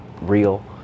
real